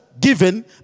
given